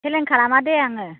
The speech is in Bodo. फेलें खालामा दे आङो